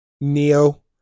Neo